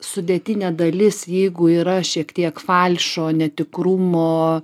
sudėtinė dalis jeigu yra šiek tiek falšo netikrumo